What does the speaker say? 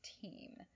team